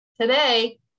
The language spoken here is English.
Today